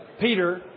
Peter